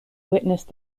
witnessed